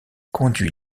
conduit